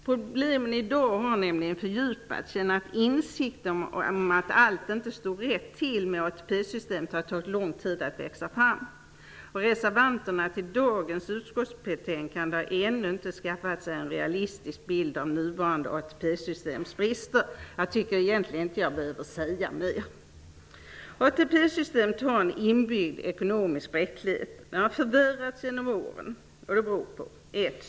Problemen i dag har fördjupats genom att insikten om att allt inte stod rätt till med ATP systemet har tagit lång tid att växa fram, och de som reserverat sig mot dagens utskottsbetänkande har ännu inte skaffat sig en realistisk bild av nuvarande ATP-systems brister. Jag tycker inte att jag behöver säga mer. ATP-systemet har en inbyggd ekonomisk bräcklighet. Den har förvärrats genom åren. Följande faktorer har bidragit till detta.